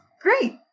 great